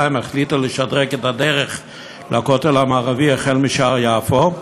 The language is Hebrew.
החליטה לשדרג את הדרך לכותל המערבי משער יפו,